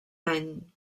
any